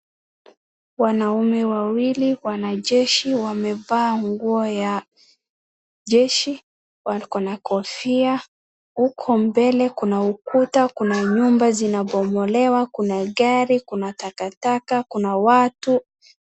Wanaume wawili wanajeshi wamevaa nguo ya jeshi wakona kofia huko mbele Kuna ukuta Kuna nyumba zinabomolewa Kuna gari Kuna takataka Kuna watu